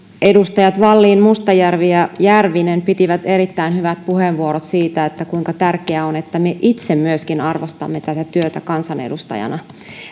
edustajat wallin mustajärvi ja järvinen pitivät erittäin hyvät puheenvuorot siitä kuinka tärkeää on että me myöskin itse arvostamme tätä työtä kansanedustajana